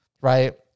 Right